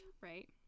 Right